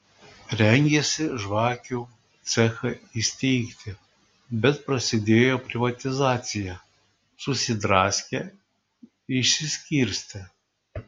rengėsi žvakių cechą įsteigti bet prasidėjo privatizacija susidraskė išsiskirstė